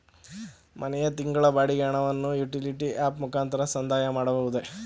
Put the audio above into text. ಮನೆಯ ತಿಂಗಳ ಬಾಡಿಗೆ ಹಣವನ್ನು ಯುಟಿಲಿಟಿ ಆಪ್ ಮುಖಾಂತರ ಸಂದಾಯ ಮಾಡಬಹುದೇ?